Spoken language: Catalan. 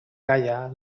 calla